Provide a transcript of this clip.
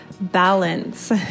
balance